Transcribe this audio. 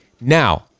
now